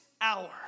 hour